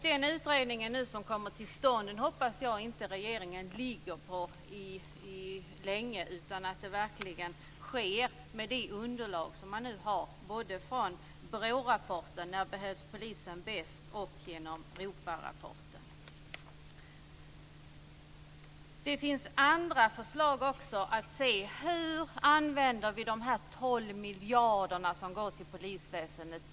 Den utredning som nu kommer till stånd hoppas jag att regeringen inte ligger länge på utan att det verkligen sker något med det underlag som nu finns både genom BRÅ Det finns också andra förslag när det gäller att se hur vi på bästa sätt använder de 12 miljarder som går till polisväsendet.